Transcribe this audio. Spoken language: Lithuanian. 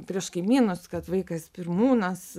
prieš kaimynus kad vaikas pirmūnas